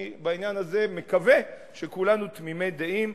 אני מקווה שבעניין הזה כולנו תמימי דעים,